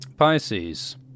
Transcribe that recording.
Pisces